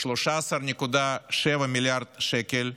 13.7 מיליארד שקל,